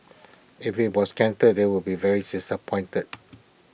if IT was cancelled they would be very disappointed